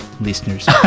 listeners